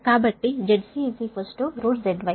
కాబట్టి ZC ZY